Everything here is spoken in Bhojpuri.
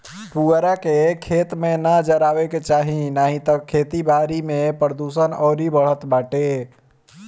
पुअरा के, खेत में ना जरावे के चाही नाही तअ खेती बारी में प्रदुषण अउरी बढ़त बाटे